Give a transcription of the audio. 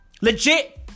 Legit